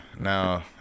now